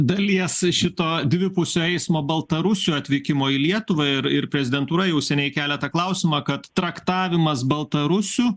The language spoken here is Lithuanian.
dalies šito dvipusio eismo baltarusių atvykimo į lietuvą ir ir prezidentūra jau seniai kelia tą klausimą kad traktavimas baltarusių